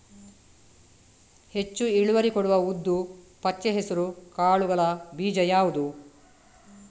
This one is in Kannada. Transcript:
ಹೆಚ್ಚು ಇಳುವರಿ ಕೊಡುವ ಉದ್ದು, ಪಚ್ಚೆ ಹೆಸರು ಕಾಳುಗಳ ಬೀಜ ಯಾವುದು?